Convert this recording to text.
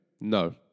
No